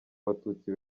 abatutsi